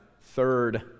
third